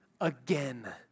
again